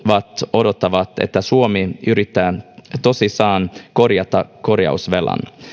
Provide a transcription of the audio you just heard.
odottavat että suomi yrittää tosissaan korjata korjausvelan